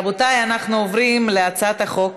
רבותי, אנחנו עוברים להצעת חוק